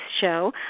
Show